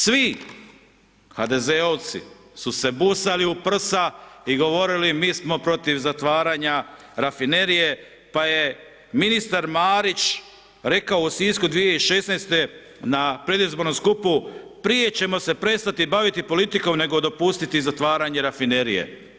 Svi HDZ-ovci su se busali u prsa i govorili mi smo protiv zatvaranja Rafinerije pa je ministar Marić rekao u Sisku 2016. na predizbornom skupu prije ćemo se prestati baviti politikom nego dopustiti zatvaranje Rafinerije.